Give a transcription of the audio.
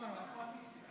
מה זה?